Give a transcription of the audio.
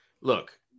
look